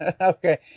Okay